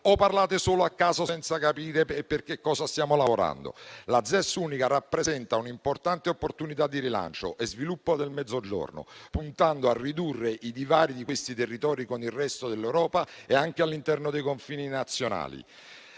o parlate solo a caso senza capire per cosa stiamo lavorando? La ZES unica rappresenta una importante opportunità di rilancio e sviluppo del Mezzogiorno, puntando a ridurre i divari di questi territori con il resto dell'Europa e anche all'interno dei confini nazionali.